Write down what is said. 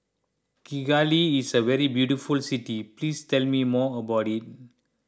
Kigali is a very beautiful city please tell me more about it